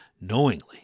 knowingly